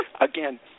again